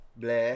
blah